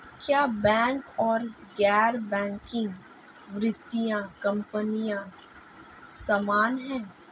क्या बैंक और गैर बैंकिंग वित्तीय कंपनियां समान हैं?